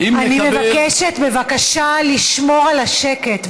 אני מבקשת לשמור על השקט.